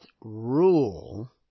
rule